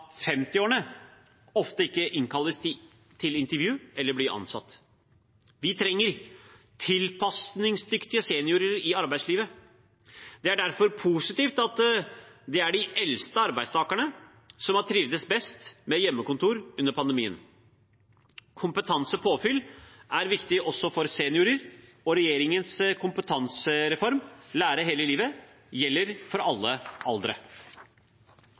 ofte ikke innkalles til intervju eller blir ansatt. Vi trenger tilpasningsdyktige seniorer i arbeidslivet. Det er derfor positivt at det er de eldste arbeidstakerne som har trivdes best med hjemmekontor under pandemien. Kompetansepåfyll er viktig også for seniorer, og regjeringens kompetansereform Lære hele livet gjelder for alle aldre.